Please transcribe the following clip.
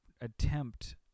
attempt